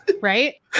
right